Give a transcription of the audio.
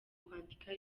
kwandika